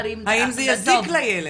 האם זה יזיק לילד?